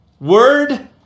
word